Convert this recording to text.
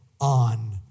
on